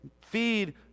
feed